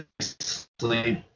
sleep